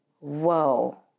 Whoa